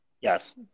Yes